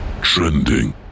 Trending